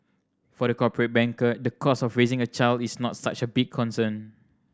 for the corporate banker the cost of raising a child is not such a big concern